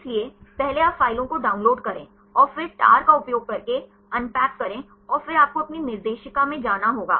इसलिए पहले आप फ़ाइलों को डाउनलोड करें और फिर टार का उपयोग करके अनपैक करें और फिर आपको अपनी निर्देशिका में जाना होगा